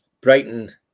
Brighton